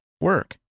work